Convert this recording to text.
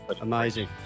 Amazing